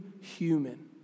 human